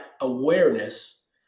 awareness